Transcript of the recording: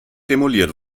demoliert